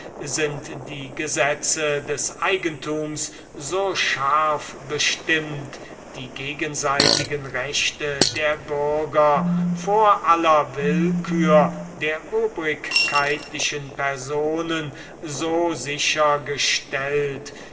sind die gesetze des eigentums so bestimmt die gegenseitigen jura vel quasi der bürger vor aller willkür der obrigkeitlichen personen so sicher gestellt